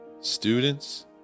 students